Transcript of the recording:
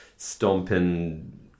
stomping